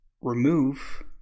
remove